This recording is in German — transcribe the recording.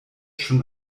schon